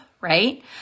right